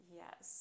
yes